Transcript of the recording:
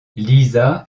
lisa